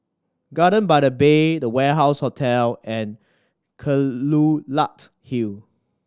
Garden by the Bay The Warehouse Hotel and Kelulut Hill